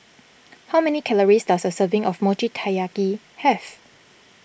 how many calories does a serving of Mochi Taiyaki have